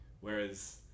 Whereas